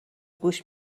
گوش